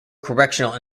correctional